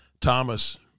Thomas